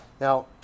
Now